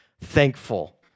thankful